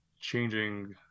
changing